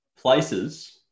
places